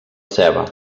ceba